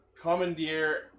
commandeer